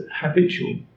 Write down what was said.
habitual